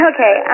Okay